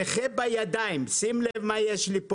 נכה בידיים שים לב מה יש לי,